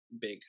big